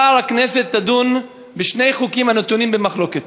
מחר הכנסת תדון בשני חוקים הנתונים במחלוקת.